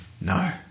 No